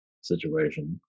situation